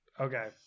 Okay